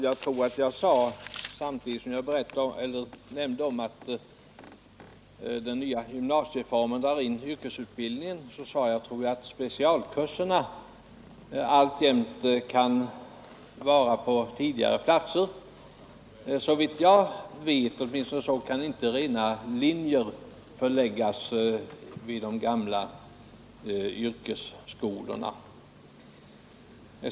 Herr talman! Samtidigt som jag nämnde att den nya gymnasieformen drar in yrkesutbildningen sade jag, tror jag, att specialkurserna alltjämt kan behållas på tidigare platser. Såvitt jag vet kan inte hela linjer förläggas vid de gamla yrkesskolorna.